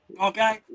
Okay